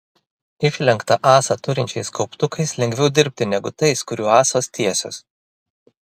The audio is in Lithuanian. išlenktą ąsą turinčiais kauptukais lengviau dirbti negu tais kurių ąsos tiesios